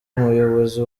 umuyobozi